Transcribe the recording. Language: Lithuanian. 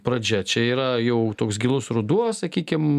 pradžia čia yra jau toks gilus ruduo sakykim